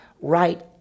right